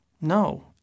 No